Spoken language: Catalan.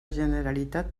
generalitat